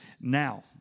Now